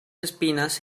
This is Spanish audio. espinas